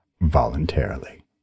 voluntarily